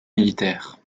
militaire